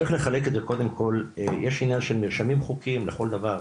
צריך לחלק את זה קודם כל יש עניין של מרשמים חוקיים לכל דבר,